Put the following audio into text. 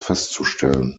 festzustellen